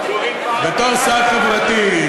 בתור שר חברתי,